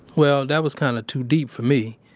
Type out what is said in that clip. well, that was kind of too deep for me,